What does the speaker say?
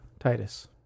Titus